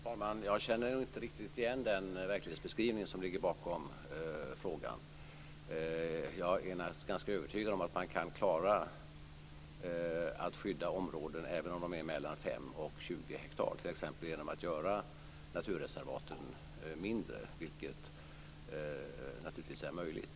Fru talman! Jag känner inte riktigt igen den verklighetsbeskrivning som ligger bakom frågan. Jag är ganska övertygad om att man kan klara av att skydda områden även om de är mellan 5 och 20 hektar, t.ex. genom att göra naturreservaten mindre. Det är naturligtvis möjligt.